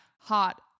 hot